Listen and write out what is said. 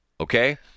Okay